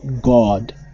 God